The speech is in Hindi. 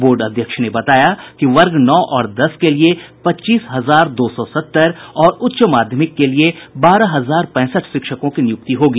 बोर्ड अध्यक्ष ने बताया कि वर्ग नौ और दस के लिए पच्चीस हजार दो सौ सत्तर और उच्च माध्यमिक के लिए बारह हजार पैंसठ शिक्षकों की नियुक्ति होगी